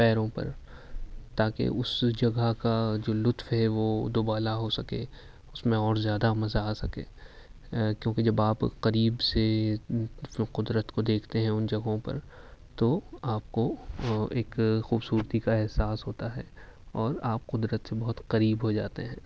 پیروں پر تاکہ اس جگہ کا جو لطف ہے وہ دوبالا ہو سکے اس میں اور زیادہ مزہ آ سکے کیوں کہ جب آپ قریب سے قدرت کو دیکھتے ہیں ان جگہوں پر تو آپ کو ایک خوب صورتی کا احساس ہوتا ہے اور آپ قدرت سے بہت قریب ہوجاتے ہیں